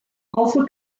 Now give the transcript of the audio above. also